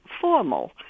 formal